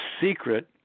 secret